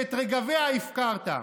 שאת רגביה הפקרת,